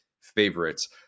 favorites